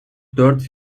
dört